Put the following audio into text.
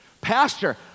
Pastor